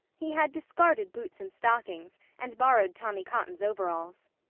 he had discarded boots and stockings and borrowed tommy cotton's overalls.